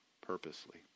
purposely